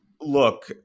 look